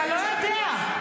אני לא יכול לשתות חלב סויה.